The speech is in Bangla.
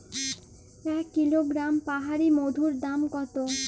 এক কিলোগ্রাম পাহাড়ী মধুর দাম কত?